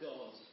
God